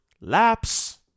laps